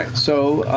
so.